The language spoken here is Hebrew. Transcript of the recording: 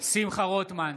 שמחה רוטמן,